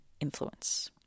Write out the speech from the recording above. influence